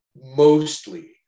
mostly